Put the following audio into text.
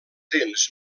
dents